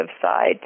side